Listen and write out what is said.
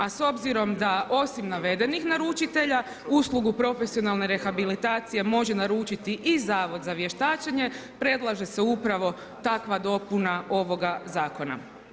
A s obzirom da osim navedenih naručitelja, uslugu profesionalne rehabilitacije može naručiti i Zavod za vještačenje predlaže se upravo takva dopuna ovoga zakona.